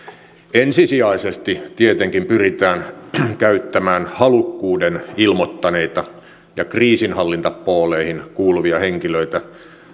ensisijaisesti tietenkin pyritään käyttämään halukkuuden ilmoittaneita ja kriisinhallintapooleihin kuuluvia henkilöitä